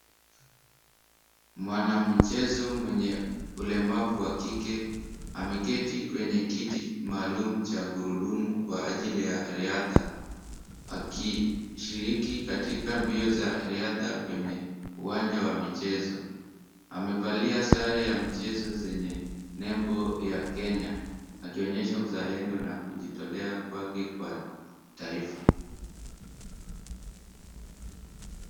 Mwanamichezo mwenye ulemavu wa kike ameketi kwenye kiti maalumu cha gurudumu kwa ajili ya riadha, akishiriki katika mbio za riadha kwenye uwanja wa michezo. Amevalia sare ya michezo zenye nembo ya Kenya, akionyesha uzalendo na kujitolea kwake kwa taifa.